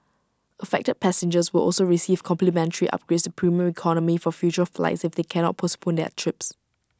affected passengers will also receive complimentary upgrades to Premium Economy for future flights if they cannot postpone their trips